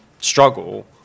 struggle